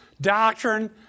Doctrine